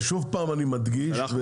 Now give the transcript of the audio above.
ושוב פעם אני מדגיש אני מדגיש,